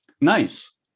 Nice